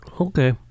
okay